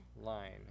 line